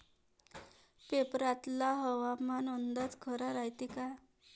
पेपरातला हवामान अंदाज खरा रायते का?